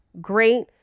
great